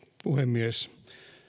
puhemies